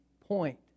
point